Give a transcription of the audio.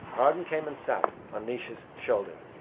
arden came and sat on naois's shoulder.